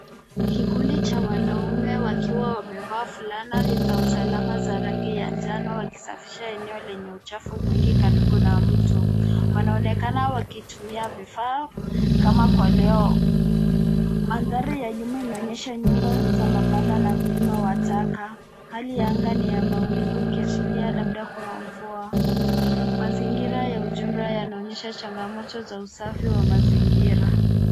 Kikundi cha wanaume wakiwa wamevaa fulana za usalama za rangi ya njano wakisafisha eneo lenye uchafu mwingi karibu na mto. Wanaonekana wakitumia vifaa kama kwa koleo. Madhari ya nyuma inaonyesha nyumba za mabana na mlima wa taka. Hali yanga ni ya mawingu ikiashiria labda kuna mvua. Mazingira ya ujumla yanaonyesha changamoto za usafi wa mazingira.